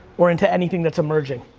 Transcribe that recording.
or into anything that's emerging.